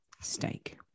steak